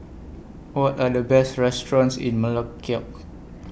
What Are The Best restaurants in Melekeok